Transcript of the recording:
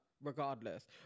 regardless